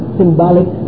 symbolic